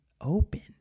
open